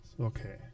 Okay